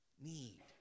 need